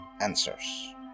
answers